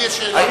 לי יש שאלה.